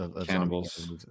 cannibals